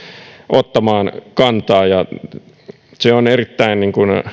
ottamaan kantaa se on erittäin